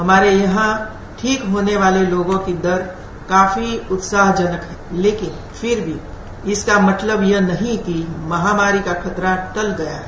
हमारे ठीक होने वाले लोगों की दर काफी उत्साहजनक है लेकिन फिर भी इसका मतलब यह नहीं कि महामारी का खतरा टल गया है